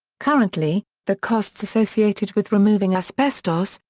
currently, the costs associated with removing asbestos,